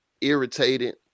irritated